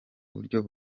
buryo